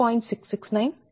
669373